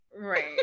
Right